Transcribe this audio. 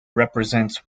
represents